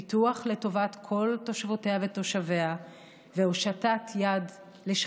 פיתוח לטובת כל תושבותיה ותושביה והושטת יד שלום